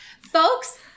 Folks